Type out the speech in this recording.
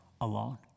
alone